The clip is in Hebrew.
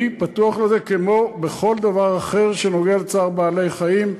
אני פתוח לזה כמו בכל דבר שנוגע לצער בעלי-חיים.